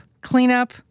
cleanup